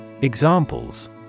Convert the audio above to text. Examples